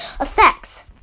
effects